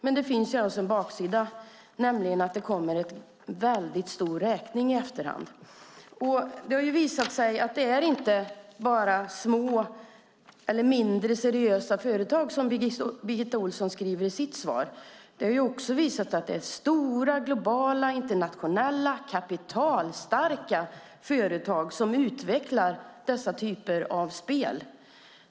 Men det finns också en baksida, nämligen att det kommer en stor räkning efteråt. Det har visat sig att det inte bara är fråga om mindre seriösa företag som Birgitta Ohlsson säger i sitt svar, utan det är stora, globala, internationella, kapitalstarka företag som utvecklar den typen av spel.